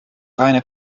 reine